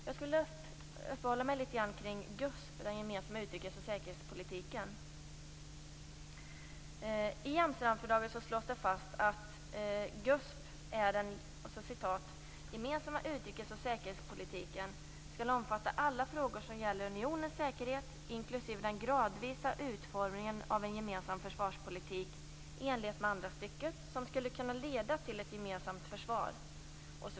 Jag skall uppehålla mig litet grand vid GUSP, dvs. Amsterdamfördraget slås det fast att GUSP innebär att den gemensamma utrikes och säkerhetspolitiken skall omfatta alla frågor som gäller unionens säkerhet, inklusive den gradvisa utformningen av en gemensam försvarspolitik i enlighet med andra stycket som skulle kunna leda till ett gemensamt försvar.